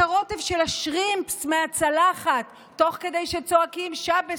הרוטב של השרימפס מהצלחת תוך כדי שצועקים שאבעס,